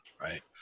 right